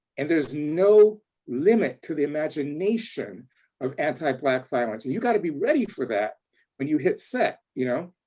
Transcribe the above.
and there's no limit to the imagination of anti-black violence and you got to be ready for that when you hit set, you know,